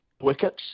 wickets